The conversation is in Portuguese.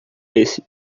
esse